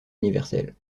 universelle